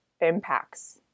impacts